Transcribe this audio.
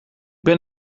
ben